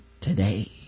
today